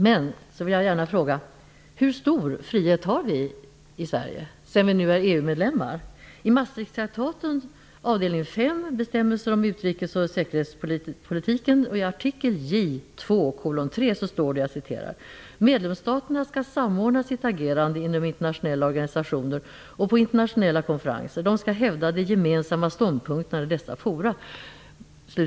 Jag vill gärna fråga hur stor frihet vi har i Sverige sedan vi blivit EU-medlemmar. I Maastrichttraktatens avdelning V om bestämmelser om utrikesoch säkerhetspolitiken, artikel J 2:3, står det följande: "Medlemsstaterna skall samordna sitt agerande inom internationella organisationer och på internationella konferenser. De skall hävda de gemensamma ståndpunkterna i dessa fora."